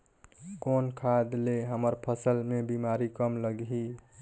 कौन खाद ले हमर फसल मे बीमारी कम लगही?